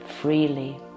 freely